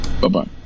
bye-bye